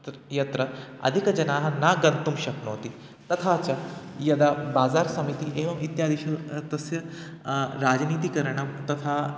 तत् यत्र अधिकजनाः न गन्तुं शक्नुवन्ति तथा च यदा बाज़ार् समितिः एवम् इत्यादिषु तस्य राजनीतिकरणं तथा